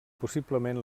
possiblement